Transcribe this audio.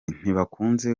ntibakunze